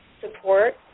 support